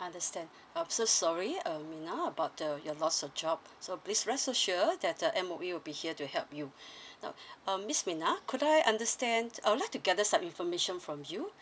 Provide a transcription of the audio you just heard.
understand I'm so sorry uh rina about the your loss of job so please rest assure that uh M_O_E will be here to help you now miss rina could I understand I would like to gather some information from you